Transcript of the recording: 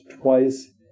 twice